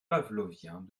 pavloviens